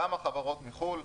גם החברות מחו"ל.